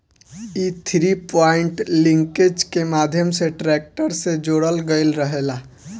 इ three point linkage के माध्यम से ट्रेक्टर से जोड़ल गईल रहेला